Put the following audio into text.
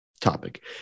topic